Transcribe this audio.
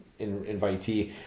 invitee